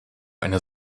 eine